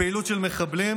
לפעילות של מחבלים,